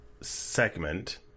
segment